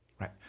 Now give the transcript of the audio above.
right